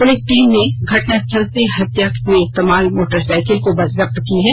police team ने घटनास्थल से हत्या में इस्तेमाल मोटरसाइकिल को जब्त की है